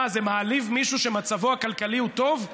מה, זה מעליב מישהו שמצבו הכלכלי הוא טוב?